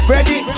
Ready